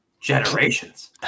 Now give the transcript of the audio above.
generations